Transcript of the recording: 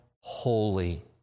holy